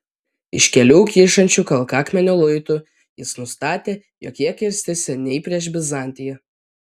iš kelių kyšančių kalkakmenio luitų jis nustatė jog jie kirsti seniai prieš bizantiją